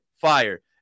fire